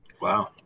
Wow